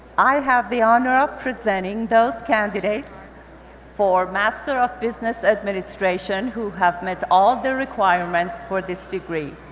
i have the honor of presenting those candidates for master of business administration who have met all the requirements for this degree.